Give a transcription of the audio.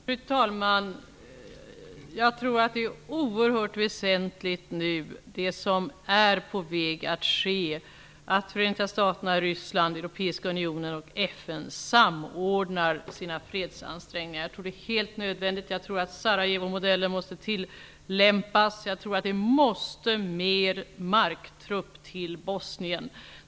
Fru talman! Jag tror att det som nu är på väg att ske är oerhört väsentligt. Förenta staterna, Ryssland, Europeiska unionen och FN samordnar sina fredsansträngningar. Det är helt nödvändigt. Sarajevomodellen måste tillämpas, och det måste mer marktrupp till Bosnien.